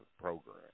program